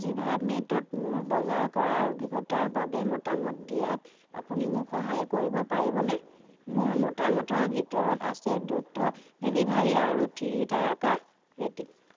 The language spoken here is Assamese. জিভামেতত মোৰ বজাৰ কৰাৰ অভিজ্ঞতাৰ বাবে মতামত দিয়াত আপুনি মোক সহায় কৰিব পাৰিবনে মোৰ মতামতৰ ভিতৰত আছে দ্ৰুত ডেলিভাৰী আৰু থ্ৰী তাৰকাৰ ৰেটিং